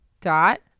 dot